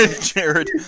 Jared